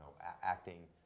acting